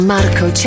Marco